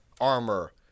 armor